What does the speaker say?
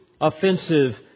offensive